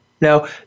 Now